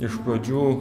iš pradžių